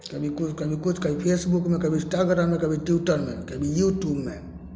कभी किछु कभी किछु कभी फेसबुकमे कभी इन्स्टाग्राममे कभी ट्यूटरमे कभी यूट्यूबमे